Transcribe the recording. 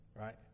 Right